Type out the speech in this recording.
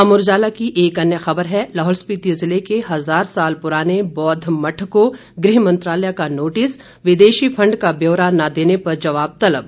अमर उजाला की एक अन्य खबर है लाहौल स्पीति जिले के हजार साल पुराने बौद्व मठ को गृह मंत्रालय का नोटिस विदेशी फंड का ब्योरा न देने पर जवाब तलब